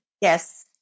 Yes